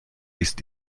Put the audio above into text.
ist